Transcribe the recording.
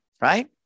Right